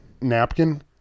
Napkin